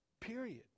period